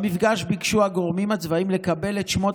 במפגש ביקשו הגורמים הצבאיים לקבל את שמות